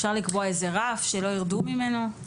אפשר לקבוע איזה רף שלא יירדו ממנו?